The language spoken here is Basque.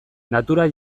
natura